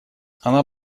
она